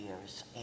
years